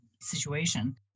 situation